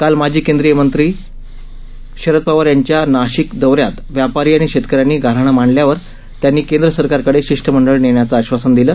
काल माजी केंद्रीय कृषी मंत्री शरद पवार यांच्या नाशिक दौऱ्यात व्यापारी आणि शेतकऱ्यांनी गाऱ्हाणं मांडल्यावर त्यांनी केंद्र सरकारकडे शिष्टमंडळ नेण्याचं आश्वासन दिलं